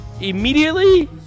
immediately